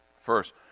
first